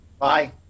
Bye